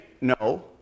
No